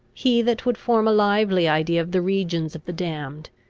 he that would form a lively idea of the regions of the damned,